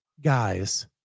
guys